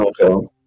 Okay